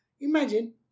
Imagine